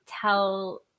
tell